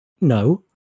No